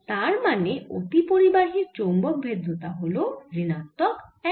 তার মানে একটি অতিপরিবাহীর চৌম্বক ভেদ্যতা হল ঋণাত্মক 1